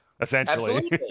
essentially